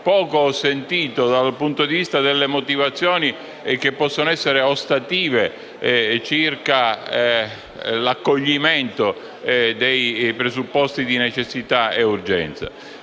Poco ho sentito dal punto di vista delle motivazioni che possono essere ostative circa l'accoglimento dei presupposti di necessità e urgenza.